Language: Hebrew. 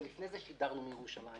גם לפני זה שידרנו מירושלים,